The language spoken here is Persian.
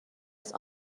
است